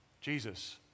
Jesus